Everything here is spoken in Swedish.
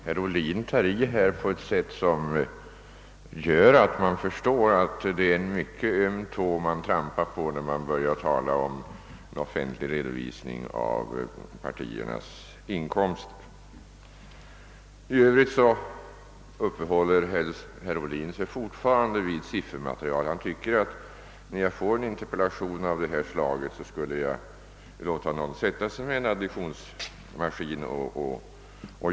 Herr talman! Herr Ohlin tar i så att man förstår att det är en mycket öm tå man trampar på, när man börjar tala om en offentlig redovisning av partiernas inkomster. I övrigt uppehåller sig herr Ohlin fortfarande vid frågan om siffermate rial. Han tycker, att när jag får en interpellation av detta slag skall jag låta någon sätta sig vid en additionsmaskin.